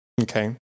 Okay